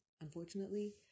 unfortunately